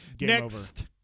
Next